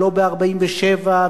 ולא ב-1947,